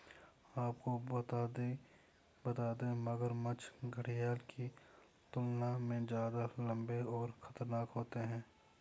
आपको बता दें, मगरमच्छ घड़ियाल की तुलना में ज्यादा लम्बे और खतरनाक होते हैं